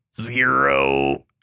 zero